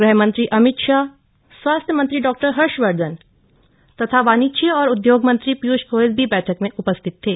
गृहमंत्री अमित शाह स्वास्थ्य मंत्री डॉ हर्षवर्धन तथा वाणिज्य और उद्योग मंत्री पीयूष गोयल भी बैठक में उपस्थित थे